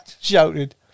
shouted